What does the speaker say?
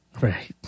Right